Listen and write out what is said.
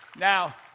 Now